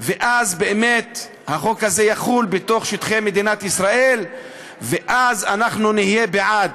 ואז באמת החוק הזה יחול בתוך שטחי מדינת ישראל ואנחנו נהיה בעד.